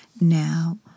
Now